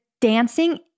dancing